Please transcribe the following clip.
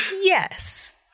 Yes